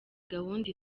gahunda